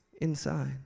inside